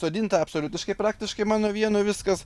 sodinta absoliutiškai praktiškai mano vieno viskas